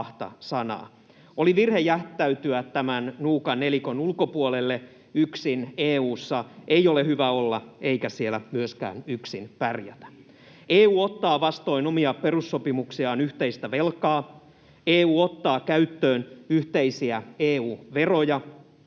Oli virhe jättäytyä tämän nuukan nelikon ulkopuolelle. Yksin EU:ssa ei ole hyvä olla, eikä siellä yksin myöskään pärjätä. EU ottaa vastoin omia perussopimuksiaan yhteistä velkaa. EU ottaa käyttöön yhteisiä EU-veroja.